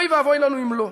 אוי ואבוי לנו אם לא.